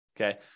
okay